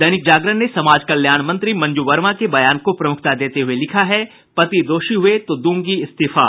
दैनिक जागरण ने समाज कल्याण मंत्री मंजू वर्मा के बयान को प्रमुखता देते हुये लिखा है पति दोषी हुये तो दूंगी इस्तीफा